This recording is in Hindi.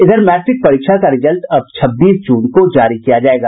इधर मैट्रिक परीक्षा का रिजल्ट अब छब्बीस जून को जारी किया जायेगा